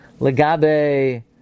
legabe